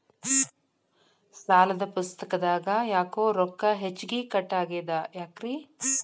ಸಾಲದ ಪುಸ್ತಕದಾಗ ಯಾಕೊ ರೊಕ್ಕ ಹೆಚ್ಚಿಗಿ ಕಟ್ ಆಗೆದ ಯಾಕ್ರಿ?